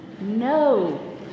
No